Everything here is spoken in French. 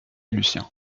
lucien